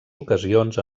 ocasions